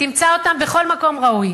תמצא אותם בכל מקום ראוי.